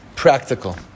Practical